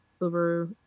over